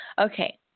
Okay